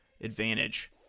advantage